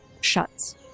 shuts